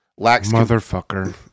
Motherfucker